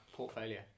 portfolio